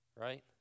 Right